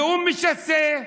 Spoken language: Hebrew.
נאום משסה.